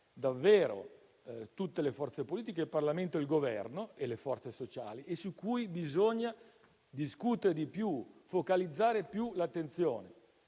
davvero tutte le forze politiche, il Parlamento, il Governo e le forze sociali e su cui bisogna discutere e focalizzare di più l'attenzione.